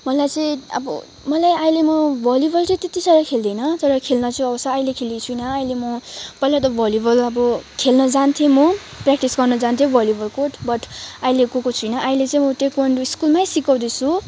मलाई चाहिँ अब मलाई अहिले म भलिबल चाहिँ त्यत्ति साह्रो खेल्दिनँ तर खेल्न चाहिँ आउँछ तर अहिले खेलेको छुइनँ अहिले म पहिला त भलिबल अब खेल्न जान्थेँ म प्रयाक्टिस गर्नु जान्थेँ भलिबल कोर्ट बट अहिले गएको छुइनँ अहिले चाहिँ म ताइक्वान्डो स्कुलमै सिकाउँदैछु